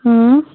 हम्म